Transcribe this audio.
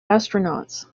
astronauts